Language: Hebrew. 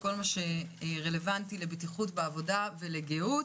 כל מה שרלבנטי לבטיחות בעבודה ולגהות.